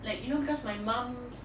like you know because my mum's